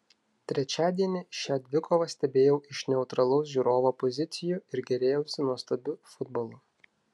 trečiadienį šią dvikovą stebėjau iš neutralaus žiūrovo pozicijų ir gėrėjausi nuostabiu futbolu